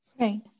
Right